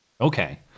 Okay